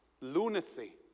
Lunacy